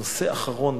הנושא האחרון,